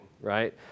right